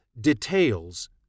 Details